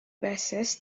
buses